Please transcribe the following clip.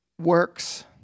works